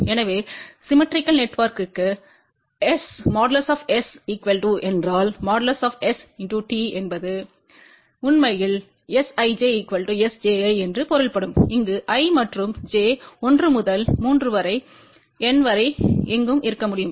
எனவே சிம்மெட்ரிக்கல் நெட்வொர்க்கிற்கு S என்றால் STஎன்பது உண்மையில் Sij Sjiஎன்று பொருள்படும் இங்கு i மற்றும் j 1 முதல் 3 வரை N வரை எங்கும் இருக்க முடியும்